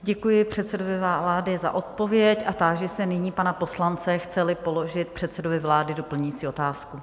Děkuji předsedovi vlády za odpověď a táži se nyní pana poslance, chceli položit předsedovi vlády doplňující otázku.